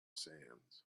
sands